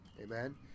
Amen